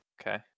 Okay